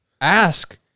ask